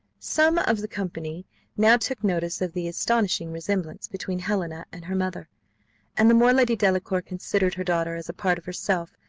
some of the company now took notice of the astonishing resemblance between helena and her mother and the more lady delacour considered her daughter as a part of herself,